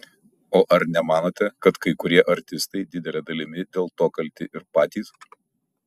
o ar nemanote kad kai kurie artistai didele dalimi dėl to kalti ir patys